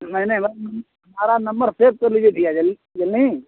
नहीं नहीं हमारा नंबर सेव कर लीजिए भैया